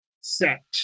set